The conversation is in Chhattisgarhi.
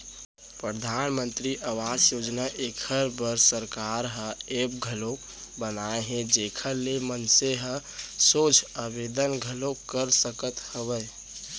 परधानमंतरी आवास योजना एखर बर सरकार ह ऐप घलौ बनाए हे जेखर ले मनसे ह सोझ आबेदन घलौ कर सकत हवय